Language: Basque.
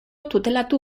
tutelatu